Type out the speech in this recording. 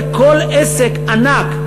כל עסק ענק,